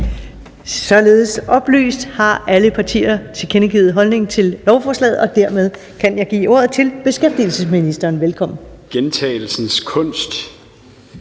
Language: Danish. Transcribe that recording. Således oplyst har alle partier tilkendegivet en holdning til lovforslaget, og dermed kan jeg give ordet til beskæftigelsesministeren. Velkommen. Kl.